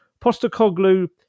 Postacoglu